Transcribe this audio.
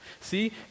See